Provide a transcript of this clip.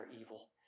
evil